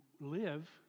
live